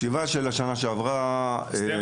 השבעה של השנה שעברה --- בקיץ הקרוב